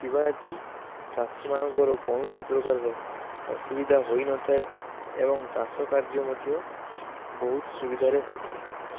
ଥିବା ହେତୁ ଚାଷୀ ମାନଙ୍କର କୌଣସି ପ୍ରକାରର ଅସୁବିଧା ହୋଇନଥାଏ ଏବଂ ଚାଷ କାର୍ଯ୍ୟ ମଧ୍ୟ ବହୁତ ସୁବିଧାରେ ହୋଇଥାଏ